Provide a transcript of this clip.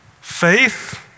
faith